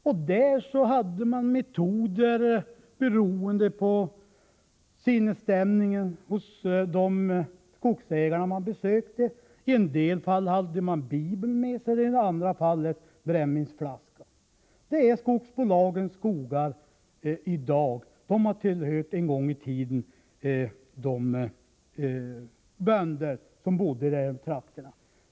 Då anpassade man metoderna till sinnesstämningen hos de skogsägare man besökte. I en del fall hade man Bibeln med sig, i andra fall brännvinsflaskan. Det är de skogarna skogsbolagen äger i dag. De har en gång i tiden tillhört de bönder som bodde i de trakterna.